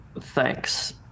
thanks